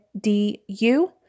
D-U